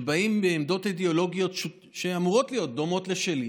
שבאות בעמדות אידיאולוגיות שאמורות להיות דומות לשלי,